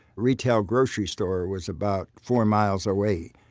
retail grocery store was about four miles away.